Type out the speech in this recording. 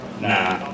Nah